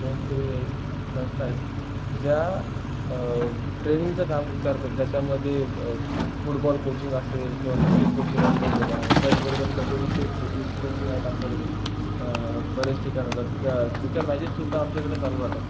स्वयंसेवी आहेत संस्था आहेत ज्या ट्रेनिंगचं काम करतात ज्याच्यामध्ये फुटबॉल कोचिंग असेल किंवा क्रिकेट कोचिंग असेल बोला त्याचबरोबर कबड्डीचे कोचेस कोचिंग आहेत आमच्याकडे बऱ्याच ठिकाणी होतात का त्याच्या मॅचेससुद्धा आमच्याकडं चालू राहतात